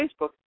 Facebook